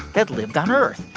that lived on earth.